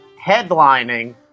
headlining